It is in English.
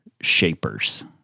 shapers